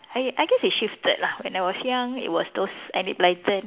I I guess it shifted lah when I was young it was those Enid Blyton